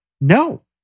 No